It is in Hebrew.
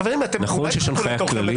נכון שיש הנחיה כללית